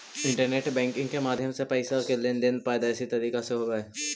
internet banking के माध्यम से पैइसा के लेन देन पारदर्शी तरीका से होवऽ हइ